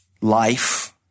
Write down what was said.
life